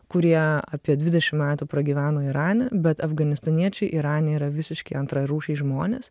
kurie apie dvidešimt metų pragyveno irane bet afganistaniečiai irane yra visiški antrarūšiai žmonės